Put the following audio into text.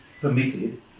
permitted